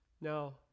Now